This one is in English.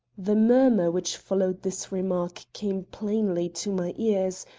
the murmur which followed this remark came plainly to my ears,